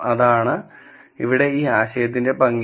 അതാണ് ഇവിടെ ഈ ആശയത്തിന്റെ ഭംഗി